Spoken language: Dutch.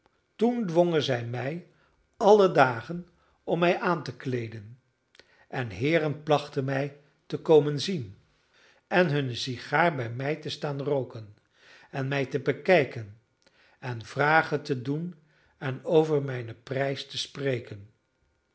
toen dwongen zij mij alle dagen om mij aan te kleeden en heeren plachten mij te komen zien en hunne sigaar bij mij te staan rooken en mij te bekijken en vragen te doen en over mijnen prijs te spreken